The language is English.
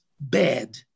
bad